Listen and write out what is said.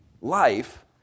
life